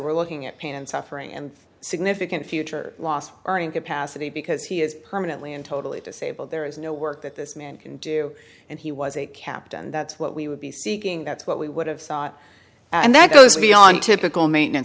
we're looking at pain and suffering and significant future loss of earning capacity because he is permanently and totally disabled there is no work that this man can do and he was a captain and that's what we would be seeking that's what we would have sought and that goes beyond typical maintenance